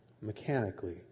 mechanically